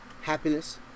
happiness